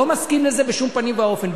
לא מסכים לזה בשום פנים ואופן.